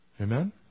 Amen